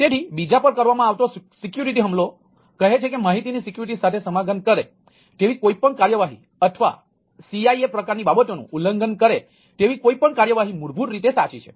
તેથી બીજા પર કરવામાં આવતો સિક્યુરિટી હુમલો કહે છે કે માહિતીની સિક્યુરિટી સાથે સમાધાન કરે તેવી કોઈ પણ કાર્યવાહી અથવા CIA પ્રકારની બાબતોનું ઉલ્લંઘન કરે તેવી કોઈ પણ કાર્યવાહી મૂળભૂત રીતે સાચી છે